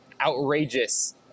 outrageous